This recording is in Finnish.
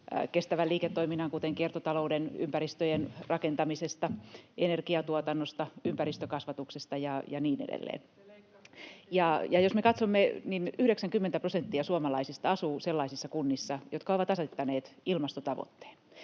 kestävän liiketoiminnan, kuten kiertotalouden, ympäristöjen rakentamisesta, energiantuotannosta, ympäristökasvatuksesta ja niin edelleen. Jos me katsomme, niin 90 prosenttia suomalaisista asuu sellaisissa kunnissa, jotka ovat asettaneet ilmastotavoitteen.